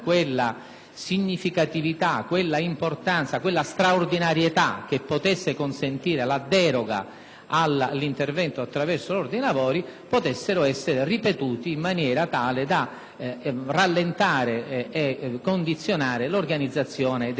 quella significatività, quella importanza e quella straordinarietà che consente la deroga all'intervento attraverso il richiamo all'ordine dei lavori possano essere ripetuti in maniera tale da rallentare e condizionare l'organizzazione dei lavori d'Aula.